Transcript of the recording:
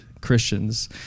Christians